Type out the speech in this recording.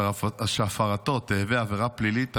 שהפרתו תהווה עבירה פלילית.